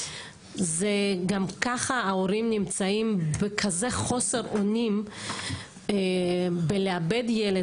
גם כך ההורים נמצאים בכזה חוסר אונים כשהם מאבדים את הילד